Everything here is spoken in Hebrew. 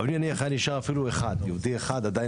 אבל אם היה נשאר אפילו יהודי אחד עדיין